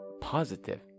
positive